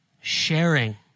sharing